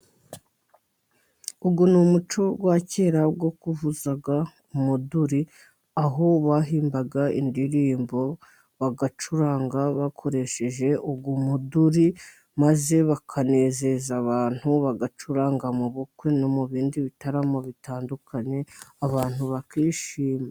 Uyu ni umuco wa kera wo kuvuza umuduri, aho bahimbaga indirimbo bagacuranga bakoresheje uyu muduri, maze bakanezeza abantu bagacuranga mu bukwe no mu bindi bitaramo bitandukanye, abantu bakishima.